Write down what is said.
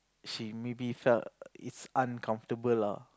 she maybe felt it's uncomfortable lah